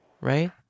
right